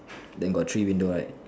then got three window right